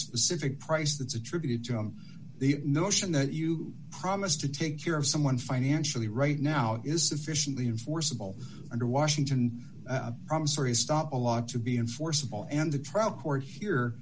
specific price that's attributed to the notion that you promise to take care of someone financially right now is sufficiently enforceable under washington promissory stop a law to be enforceable and the trial court here